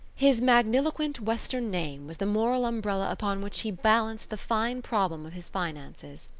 his magniloquent western name was the moral umbrella upon which he balanced the fine problem of his finances.